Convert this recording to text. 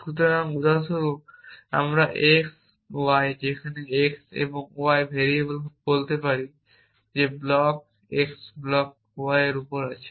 সুতরাং উদাহরণস্বরূপ আমরা x y যেখানে x এবং y ভেরিয়েবল বলতে পারি যে ব্লক x ব্লক y এর উপর রয়েছে